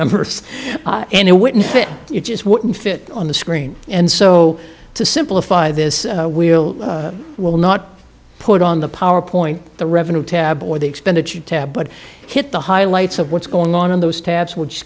numbers and it wouldn't it just wouldn't fit on the screen and so to simplify this we'll will not put on the powerpoint the revenue tab or the expenditure tab but hit the highlights of what's going on in those stats which